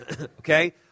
okay